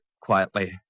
quietly